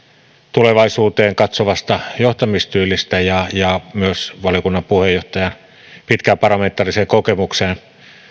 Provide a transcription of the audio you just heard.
tulevaisuuteen katsovasta johtamistyylistä ja ja valiokunnan puheenjohtajan pitkästä parlamentaarisesta kokemuksesta